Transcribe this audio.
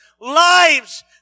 lives